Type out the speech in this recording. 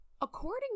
According